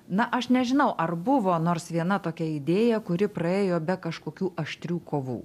na aš nežinau ar buvo nors viena tokia idėja kuri praėjo be kažkokių aštrių kovų